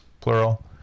plural